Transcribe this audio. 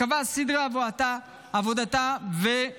והחלטה על סדרי עבודתה ותפקידיה.